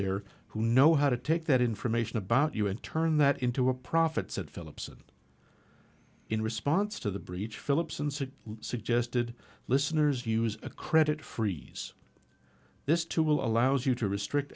there who know how to take that information about you and turn that into a profit said philipson in response to the breach philipson said suggested listeners use a credit freeze this too allows you to restrict